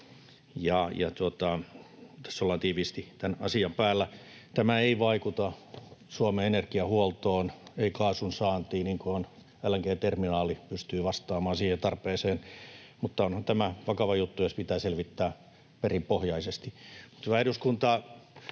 Tässä ollaan tiiviisti tämän asian päällä. Tämä ei vaikuta Suomen energiahuoltoon, ei kaasun saantiin — LNG-terminaali pystyy vastaamaan siihen tarpeeseen. Mutta onhan tämä vakava juttu, ja se pitää selvittää perinpohjaisesti.